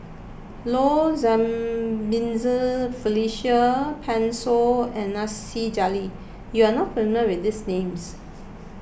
Low Jimenez Felicia Pan Shou and Nasir Jalil you are not familiar with these names